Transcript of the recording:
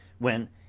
when,